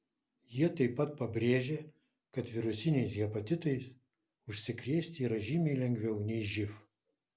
jie taip pat pabrėžė kad virusiniais hepatitais užsikrėsti yra žymiai lengviau nei živ